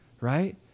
right